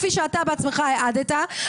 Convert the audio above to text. כפי שאתה בעצמך העדת,